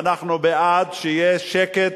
ואנחנו בעד שיהיה שקט